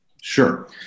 Sure